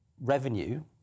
revenue